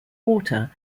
water